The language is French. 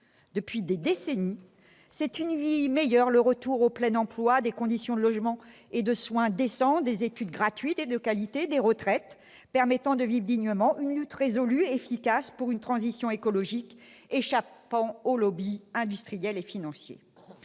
depuis des décennies, c'est une vie meilleure, c'est le retour du plein emploi, ce sont des conditions de logement et de soins décents, ce sont des études gratuites et de qualité, ce sont des retraites permettant de vivre dignement, c'est une lutte résolue, efficace, pour une transition écologique échappant aux industriels et financiers.